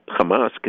Hamas